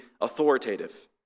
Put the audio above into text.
authoritative